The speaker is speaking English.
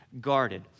guarded